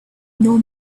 nor